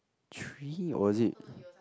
three or is it